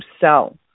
sell